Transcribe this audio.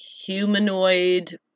humanoid